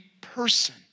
person